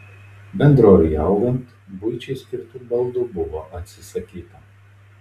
bendrovei augant buičiai skirtų baldų buvo atsisakyta